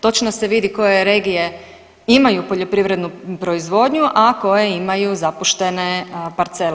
Točno se vidi koje regije imaju poljoprivrednu proizvodnju, a koje imaju zapuštene parcele.